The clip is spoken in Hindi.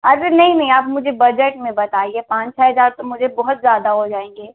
अरे नहीं नहीं आप मुझे बजट में बताइए पाँच छः हज़ार तो मुझे बहुत ज़्यादा हो जाएंगे